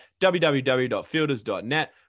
www.fielders.net